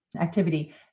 activity